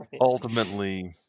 Ultimately